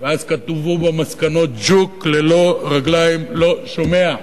אז כתבו במסקנות: ג'וק ללא רגליים לא שומע.